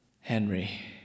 Henry